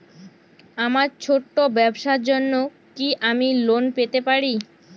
আমার ছোট্ট ব্যাবসার জন্য কি আমি লোন পেতে পারি?